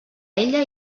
ella